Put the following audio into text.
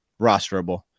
rosterable